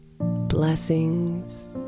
Blessings